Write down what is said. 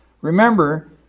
remember